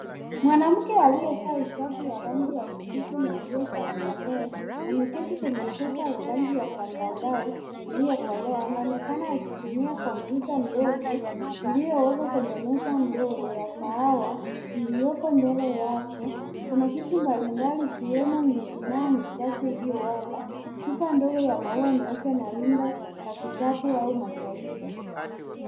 Mwanamke aliyevaa hijabu ya rangi ya kijivu na nguo za starehe, ameketi kwenye sofa ya rangi ya zambarau iliyokolea. Anaonekana akitumia kompyuta ndogo iliyowekwa kwenye meza ndogo ya kahawa iliyoko mbele yake. Kuna vitu mbalimbali ikiwemo misumaa michache iliyowaka, chupa ndogo ya maua meupe na rundo la vitabu au majarida.